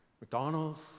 McDonald's